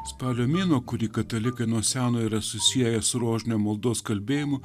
spalio mėnuo kurį katalikai nuo seno yra susieję su rožinio maldos kalbėjimu